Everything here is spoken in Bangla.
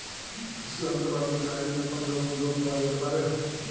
কৃষিযন্ত্রপাতি কেনার জন্য কোনোরকম লোন পাওয়া যেতে পারে?